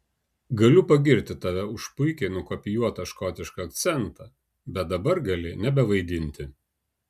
galiu pagirti tave už puikiai nukopijuotą škotišką akcentą bet dabar gali nebevaidinti